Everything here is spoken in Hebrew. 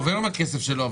הוא עובר עם הכסף שלו,